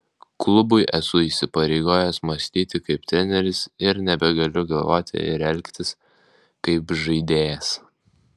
klubui esu įsipareigojęs mąstyti kaip treneris ir nebegaliu galvoti ir elgtis kaip žaidėjas